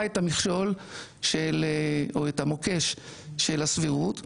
את המכשול של או את המוקש של הסבירות,